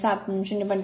०7 म्हणून ०